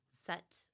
set